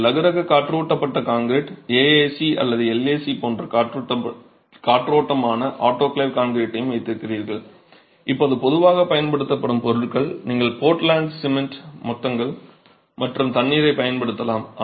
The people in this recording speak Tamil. நீங்கள் இலகுரக காற்றூட்டப்பட்ட கான்கிரீட் AAC அல்லது LAC போன்ற காற்றோட்டமான ஆட்டோகிளேவ் கான்கிரீட்டையும் வைத்திருக்கிறீர்கள் இப்போது பொதுவாக பயன்படுத்தப்படும் பொருட்கள் நீங்கள் போர்ட்லேண்ட் சிமெண்ட் மொத்தங்கள் மற்றும் தண்ணீரைப் பயன்படுத்தலாம்